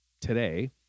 today